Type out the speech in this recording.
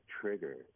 trigger